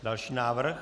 Další návrh.